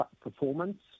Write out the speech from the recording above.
performance